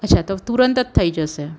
અચ્છા તો તુરંત જ થઈ જશે